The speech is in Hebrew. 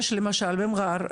יש למשל במע'אר,